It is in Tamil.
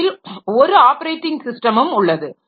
அவற்றில் ஒரு ஆப்பரேட்டிங் ஸிஸ்டமும் உள்ளது